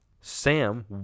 Sam